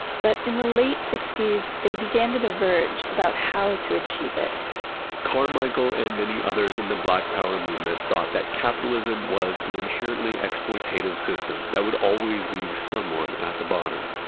but in the late sixties, they began to diverge about how to achieve it carmichael and many others in the black power movement thought that capitalism was an inherently exploitative system that would always leave someone at the bottom.